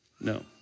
No